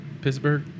Pittsburgh